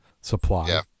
supply